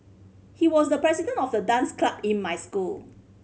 he was the president of the dance club in my school